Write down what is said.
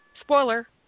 spoiler